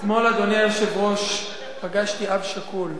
אתמול, אדוני היושב-ראש, פגשתי אב שכול.